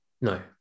no